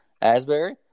Asbury